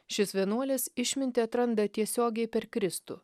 šis vienuolis išmintį atranda tiesiogiai per kristų